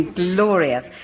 glorious